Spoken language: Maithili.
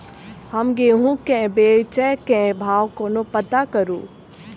हम गेंहूँ केँ बेचै केँ भाव कोना पत्ता करू?